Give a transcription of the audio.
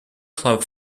club